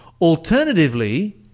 Alternatively